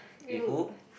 we will hmm